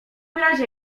razie